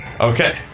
Okay